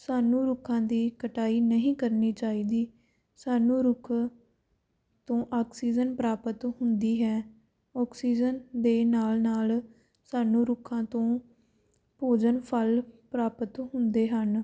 ਸਾਨੂੰ ਰੁੱਖਾਂ ਦੀ ਕਟਾਈ ਨਹੀਂ ਕਰਨੀ ਚਾਹੀਦੀ ਸਾਨੂੰ ਰੁੱਖ ਤੋਂ ਆਕਸੀਜਨ ਪ੍ਰਾਪਤ ਹੁੰਦੀ ਹੈ ਆਕਸੀਜਨ ਦੇ ਨਾਲ ਨਾਲ ਸਾਨੂੰ ਰੁੱਖਾਂ ਤੋਂ ਭੋਜਨ ਫਲ ਪ੍ਰਾਪਤ ਹੁੰਦੇ ਹਨ